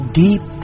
deep